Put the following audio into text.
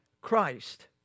Christ